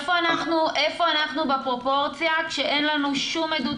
איפה אנחנו בפרופורציה כשאין לנו שום עדות?